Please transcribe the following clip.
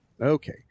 okay